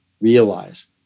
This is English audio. realize